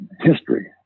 history